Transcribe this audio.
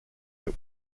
that